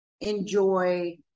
enjoy